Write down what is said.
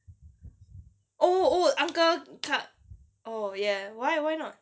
oh oh uncle clar~ oh ya why why not